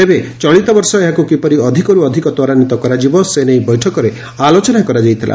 ତେବେ ଚଳିତ ବର୍ଷ ଏହାକୁ କିପରି ଅଧିକରୁ ଅଧିକ ତ୍ୱରାନ୍ୱିତ କରାଯିବ ସେନେଇ ବୈଠକରେ ଆଲୋଚନା କରାଯାଇଥିଲା